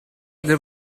there